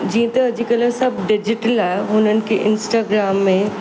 जीअं त अॼुकल्ह सभु डिजिटल आहे हुननि खे इंस्टाग्राम में